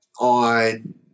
on